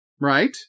right